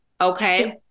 Okay